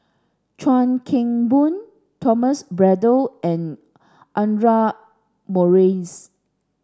Chuan Keng Boon Thomas Braddell and Audra Morrice